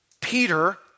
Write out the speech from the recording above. Peter